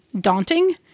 daunting